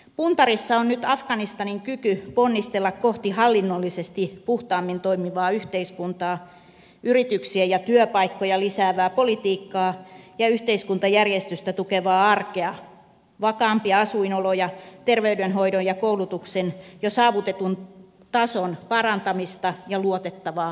puntarissa on nyt afganistanin kyky ponnistella kohti hallinnollisesti puhtaammin toimivaa yhteiskuntaa yrityksiä ja työpaikkoja lisäävää politiikkaa ja yhteiskuntajärjestystä tukevaa arkea vakaampia asuinoloja terveydenhoidon ja koulutuksen jo saavutetun tason parantamista ja luotettavaa saatavuutta